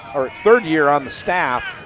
or third year on the staff.